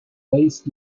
based